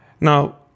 Now